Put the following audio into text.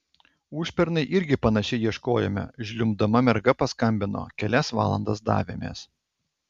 užpernai irgi panašiai ieškojome žliumbdama merga paskambino kelias valandas davėmės